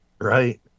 Right